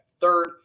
third